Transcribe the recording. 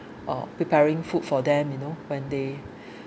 uh preparing food for them you know when they